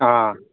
ꯑꯥ